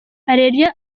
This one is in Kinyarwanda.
areruya